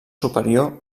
superior